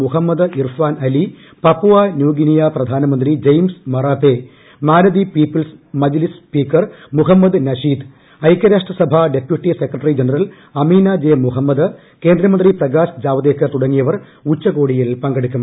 മുഹമ്മദ് ്ളൂർഫ്യാൻ Ali Papua New Guinea പ്രധാനമന്ത്രി ജെയിംസ്ട് മറ്റാപ്പെ മാലദ്വീപ് people's Majlis speaker Mohamed ദൃഷീദ് ഐക്യരാഷ്ട്ര സഭ ഡെപ്യൂട്ടി സെക്രട്ടറി ജനറൽ അമിന ട്ട്ജി മുഹമ്മദ് കേന്ദ്രമന്ത്രി പ്രകാശ് ജാവ്ദേക്കർ തുടങ്ങിയവ്ടർ ഉച്ചകോടിയിൽ പങ്കെടുക്കും